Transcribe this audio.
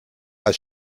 als